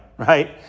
Right